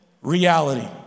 reality